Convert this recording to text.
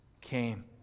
came